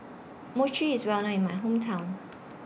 Mochi IS Well known in My Hometown